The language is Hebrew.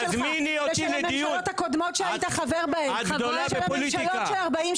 תזמיני אותי לדיון על הדרת נשים